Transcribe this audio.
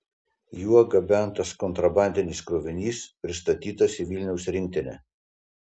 juo gabentas kontrabandinis krovinys pristatytas į vilniaus rinktinę